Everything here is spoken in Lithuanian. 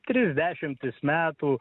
tris dešimtis metų